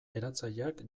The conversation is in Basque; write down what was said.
eratzaileak